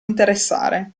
interessare